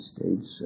States